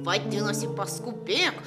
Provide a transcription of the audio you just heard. vadinasi paskubėk